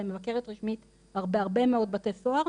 מבקרת רשמית בהרבה מאוד בתי סוהר,